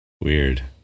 Weird